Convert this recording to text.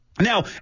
Now